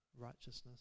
righteousness